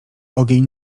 ogień